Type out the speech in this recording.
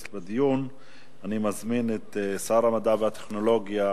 אני מזמין את שר המדע והטכנולוגיה